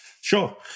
Sure